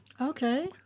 Okay